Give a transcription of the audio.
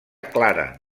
clara